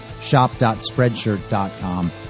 shop.spreadshirt.com